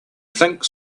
think